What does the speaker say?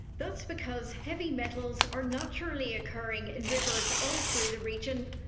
that's because heavy metals are naturally occurring in rivers all through the region.